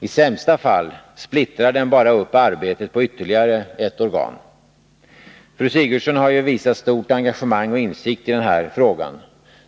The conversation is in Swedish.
I sämsta fall splittrar den bara upp arbetet på ytterligare ett organ. Fru Sigurdsen har ju visat stort engagemang och insikt i den här frågan.